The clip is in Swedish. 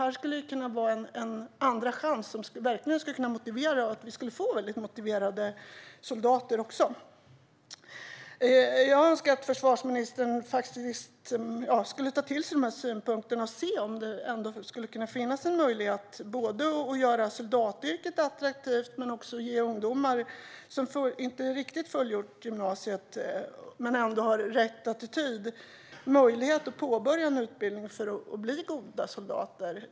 Detta skulle kunna vara en andra chans som gör att vi får väldigt motiverade soldater. Jag önskar att försvarsministern kunde ta till sig dessa synpunkter och se om det kan finnas en möjlighet att både göra soldatyrket attraktivt och ge ungdomar som inte riktigt fullgjort gymnasiet men som ändå har rätt attityd möjlighet att påbörja en utbildning för att bli goda soldater.